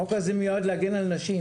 החוק הזה מיועד להגן על נשים.